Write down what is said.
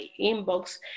inbox